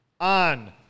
on